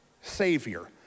savior